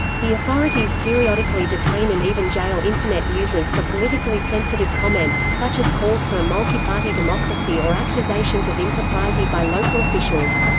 the authorities periodically detain and even jail internet users for politically sensitive comments, such as calls for a multiparty democracy or accusations of impropriety by local officials.